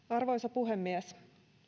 arvoisa puhemies